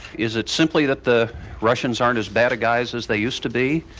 is it simply that the russians aren't as bad a guys as they used to be,